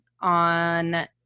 on